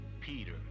Peter